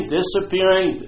disappearing